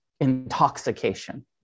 intoxication